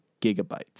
gigabytes